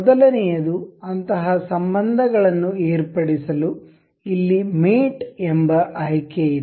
ಮೊದಲನೆಯದು ಅಂತಹ ಸಂಬಂಧಗಳನ್ನು ಏರ್ಪಡಿಸಲು ಇಲ್ಲಿ ಮೇಟ್ ಎಂಬ ಆಯ್ಕೆ ಇದೆ